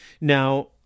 now